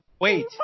Wait